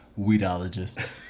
weedologist